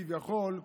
כביכול,